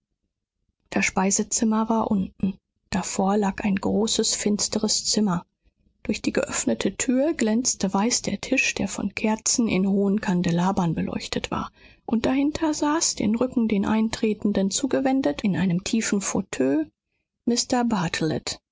das speisezimmer war unten davor lag ein großes finsteres zimmer durch die geöffnete tür glänzte weiß der tisch der von kerzen in hohen kandelabern beleuchtet war und dahinter saß den rücken den eintretenden zugewendet in einem tiefen fauteuil mr bartelet